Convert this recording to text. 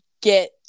get